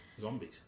Zombies